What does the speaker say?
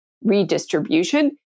redistribution